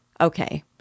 Okay